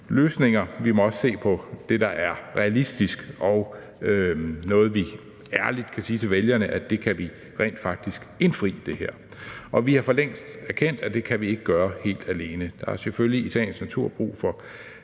løsninger, men at vi også må se på det, der er realistisk og noget, vi ærligt kan sige til vælgerne at vi rent faktisk kan indfri. Og vi har forlængst erkendt, at det kan vi ikke gøre helt alene. Der er selvfølgelig i sagens natur brug for